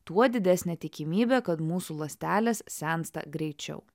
tuo didesnė tikimybė kad mūsų ląstelės sensta greičiau